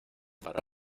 para